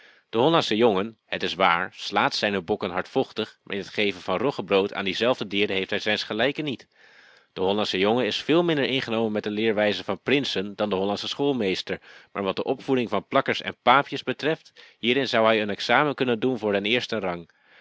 de hollandsche jongen het is waar slaat zijne bokken hardvochtig maar in t geven van roggebrood aan diezelfde dieren heeft hij zijns gelijken niet de hollandsche jongen is veel minder ingenomen met de leerwijze van prinsen dan de hollandsche schoolmeester maar wat de opvoeding van plakkers en paapjes betreft hierin zou hij een examen kunnen doen voor den eersten rang